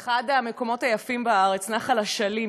אחד המקומות היפים בארץ, נחל אשלים.